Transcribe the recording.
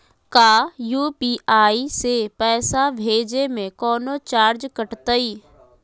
का यू.पी.आई से पैसा भेजे में कौनो चार्ज कटतई?